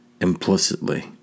Implicitly